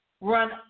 run